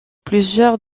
plusieurs